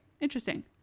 interesting